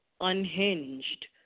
unhinged